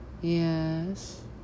Yes